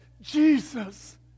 Jesus